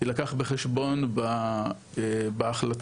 יילקח בחשבון בהחלטות.